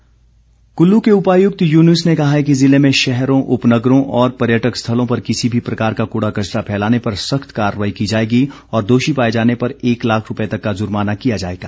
युनुस कुल्लू के उपायुक्त युनुस ने कहा है कि ज़िले में शहरों उपनगरों और पर्यटक स्थलों पर किसी भी प्रकार का कूड़ा कचरा फैलाने पर सख्त कार्रवाई की जाएगी और दोषी पाए जाने पर एक लाख रूपए तक का जुर्माना किया जाएगा